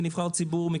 כנבחר ציבור,